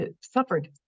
suffered